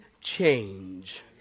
change